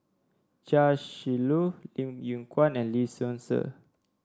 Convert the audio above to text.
Chia Shi Lu Lim Yew Kuan and Lee Seow Ser